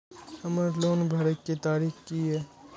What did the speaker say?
हमर लोन भरए के तारीख की ये?